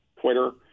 Twitter